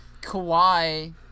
Kawhi